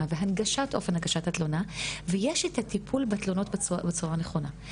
והנגשת אופן הגשת התלונה ויש את הטיפול בתלונות בצורה הנכונה.